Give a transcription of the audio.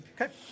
Okay